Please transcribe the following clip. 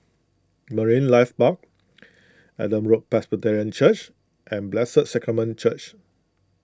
Marine Life Park Adam Road Presbyterian Church and Blessed Sacrament Church